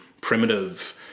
primitive